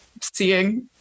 seeing